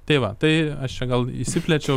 tai va tai aš čia gal išsiplėčiau